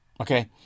Okay